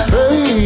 Hey